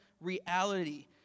reality